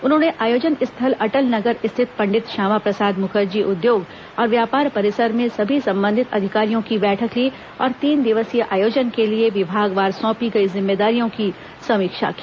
उन्होंने आयोजन स्थल अटल नगर स्थित पंडित श्यामा प्रसाद मुखर्जी उद्योग और व्यापार परिसर में सभी संबंधित अधिकारियों की बैठक ली और तीन दिवसीय आयोजन के लिए विभागवार सौंपी गई जिम्मेदारियों की समीक्षा की